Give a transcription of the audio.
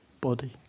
body